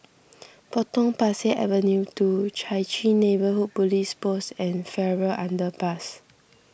Potong Pasir Avenue two Chai Chee Neighbourhood Police Post and Farrer Underpass